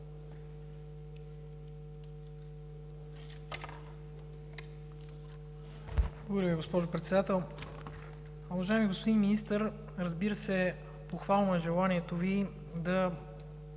Благодаря Ви, госпожо Председател. Уважаеми господин Министър, разбира се, похвално е желанието Ви да